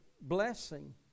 blessing